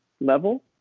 level